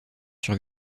sur